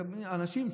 אנשים,